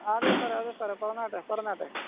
ആ അതെ സാറെ അതെ സാറെ പറഞ്ഞാട്ടെ പറഞ്ഞാട്ടെ